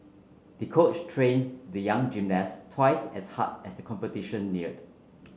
the coach trained the young gymnast twice as hard as the competition neared